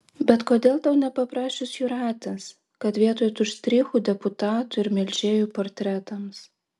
bet kodėl tau nepaprašius jūratės kad vietoj tų štrichų deputatų ir melžėjų portretams